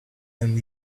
and